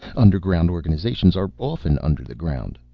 underground organizations are often under the ground.